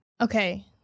Okay